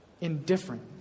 indifferent